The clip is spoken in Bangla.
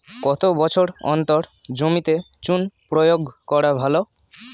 কত বছর অন্তর জমিতে চুন প্রয়োগ করা ভালো?